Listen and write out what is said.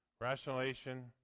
rationalization